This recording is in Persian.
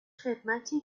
خدمتی